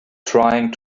trying